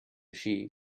així